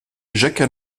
jacques